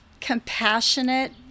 compassionate